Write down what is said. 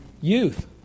Youth